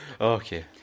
Okay